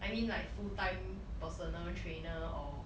I mean like full time personal trainer or